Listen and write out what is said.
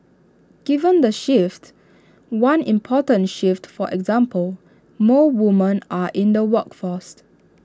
given the shifts one important shift for example more women are in the workforce